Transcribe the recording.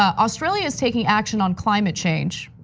ah australia is taking action on climate change.